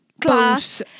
class